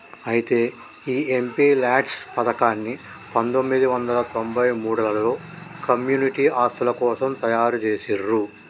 అయితే ఈ MP LADS పథకాన్ని పందొమ్మిది వందల తొంభై మూడులలో కమ్యూనిటీ ఆస్తుల కోసం తయారు జేసిర్రు